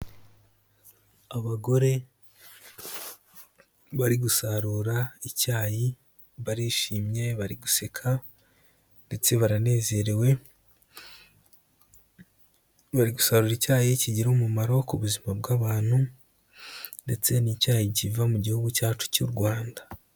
Abagore bari gusarura icyayi barishimye bari guseka ndetse baranezerewe, icyayi kigira umumaro ku buzima bw'abantu ndetse n'icyayi kiva mu gihugu cyacu cy'u Rwanda.